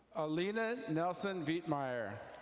alina nelson vietmire.